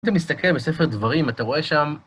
אם אתה מסתכל בספר דברים, אתה רואה שם.